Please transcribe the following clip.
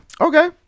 okay